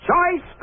Choice